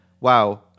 Wow